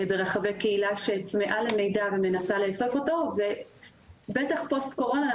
ברחבי קהילה שצמאה למידע ומנסה לאסוף אותה ובטח פוסט קורונה,